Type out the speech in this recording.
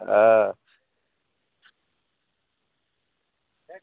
হ্যাঁ